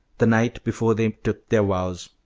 the night before they took their vows.